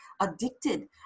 addicted